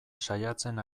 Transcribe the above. saiatzen